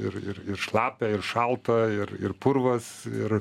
ir ir ir šlapia ir šalta ir ir purvas ir